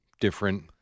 different